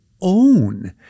own